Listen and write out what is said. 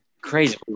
crazy